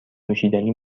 نوشیدنی